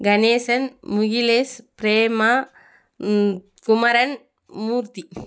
Ganesan Mugilesh Prema Kumaran Murthy